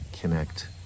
connect